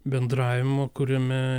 bendravimo kuriame